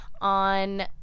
on